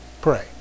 Pray